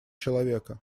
человека